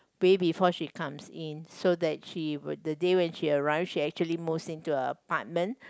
day before she comes in so that she would the day when she arrives she actually moves into an apartment